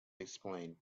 explain